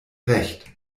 recht